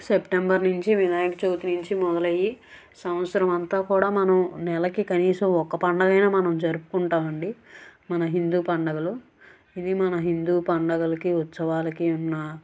September నుంచి వినాయకచవితి నుంచి మొదలయ్యి సంవత్సరం అంతా కూడా మనం నెలకి కనీసం ఒక్క పందుగా అయినా మనం జరుపుకుంటాం అండి మన హిందూ పండుగలు ఇది మన హిందూ పండుగలకి ఉత్సవాలకి ఉన్నా